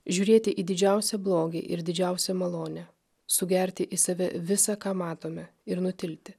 žiūrėti į didžiausią blogį ir didžiausią malonę sugerti į save visa ką matome ir nutilti